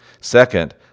Second